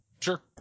Sure